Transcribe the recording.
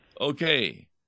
Okay